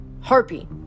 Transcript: Harpy